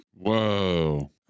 whoa